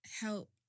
helped